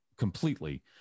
completely